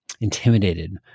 intimidated